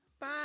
Bye